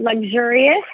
luxurious